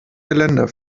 geländer